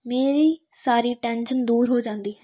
ਮੇਰੀ ਸਾਰੀ ਟੈਂਸ਼ਨ ਦੂਰ ਹੋ ਜਾਂਦੀ ਹੈ